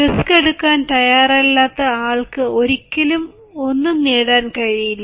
risk എടുക്കാൻ തയ്യാറല്ലാത്ത ആൾക്ക് ഒരിക്കലും ഒന്നും നേടാൻ കഴിയില്ല